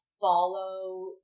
follow